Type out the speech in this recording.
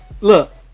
Look